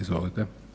Izvolite.